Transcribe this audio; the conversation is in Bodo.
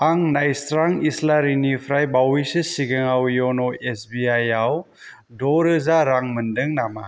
आं नायस्रां इस्लारिनिफ्राय बावैसो सिगाङव य'न' एस बि आइ आव द'रोजा रां मोनदों नामा